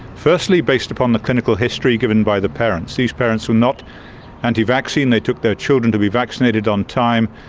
firstly based upon the clinical history given by the parents. these parents were not anti-vaccine, they took their children to be vaccinated on time,